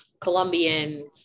Colombian